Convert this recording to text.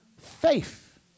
faith